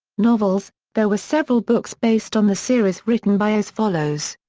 novels there were several books based on the series written by as follows.